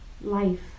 life